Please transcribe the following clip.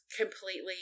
completely